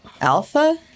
Alpha